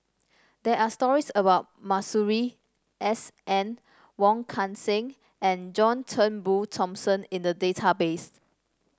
there are stories about Masuri S N Wong Kan Seng and John Turnbull Thomson in the database